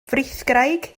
frithgraig